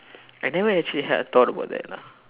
I never actually had a thought about that lah